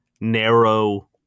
narrow